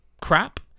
crap